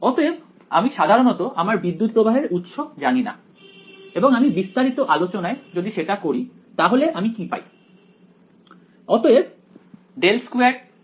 অতএব আমি সাধারণত আমার বিদ্যুত্ প্রবাহের উৎস জানিনা এবং আমি বিস্তারিত আলোচনায় যেতে চাই না যে কিভাবে বিদ্যুত্ প্রবাহ বইছে কিছু অ্যান্টেনাতে